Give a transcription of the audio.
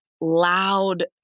loud